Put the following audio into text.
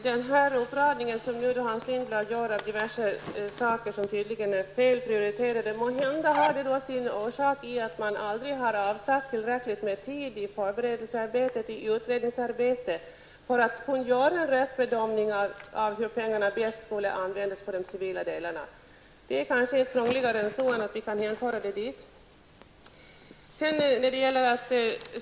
Herr talman! Den uppräkning av diverse felprioriteringar som Hans Lindblad gör har kanske sin orsak i att man aldrig har avsatt tillräckligt mycket tid i förberedelse och utredningsarbete för att göra de rätta bedömningarna av hur pengarna bäst skall användas inom de civila delarna av totalförsvaret. Det är kanske inte krångligare än att vi kan ge utredningsarbetet tillräckligt med tid för det.